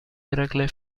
eracle